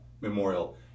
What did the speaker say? memorial